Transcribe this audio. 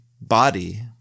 body